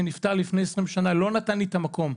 שנפטר לפני 20 שנה לא נתן לי את המקום,